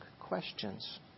questions